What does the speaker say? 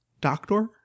doctor